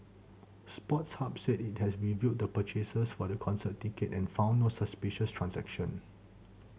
Sports Hub said it has reviewed the purchases for the concert ticket and found no suspicious transactions